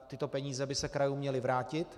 Tyto peníze by se krajům měly vrátit.